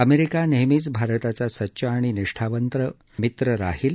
America नेहमीच भारताचा सच्चा आणि निष्ठावंत मित्र राहील